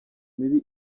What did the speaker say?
mibi